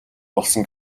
болсон